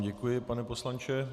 Děkuji, pane poslanče.